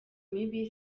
mibi